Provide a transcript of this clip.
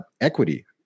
equity